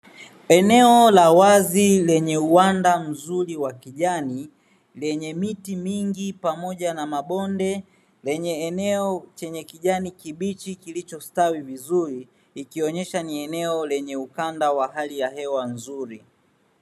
Eneo la wazi lenye uwanda mzuri wa kijani lenye miti mingi pamoja na mabonde lenye eneo chenye kijana kibichi kilichostawi vizuri ikionyesha ni eneo lenye ukanda wa hali ya hewa nzuri.